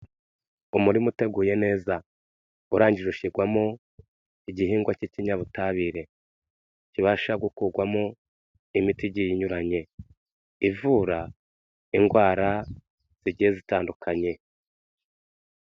Umurima uteguye neza, urangije ushyirwamo igihingwa cy'ikinyabutabire, kibasha gukurwamo imiti igiye inyuranye, ivura indwara zigiye zitandukanye.